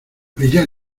brillas